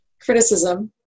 criticism